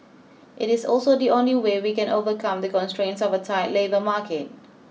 it is also the only way we can overcome the constraints of a tight labour market